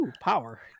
power